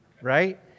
right